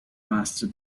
master